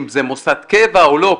אם זה מוסד קבע או לא.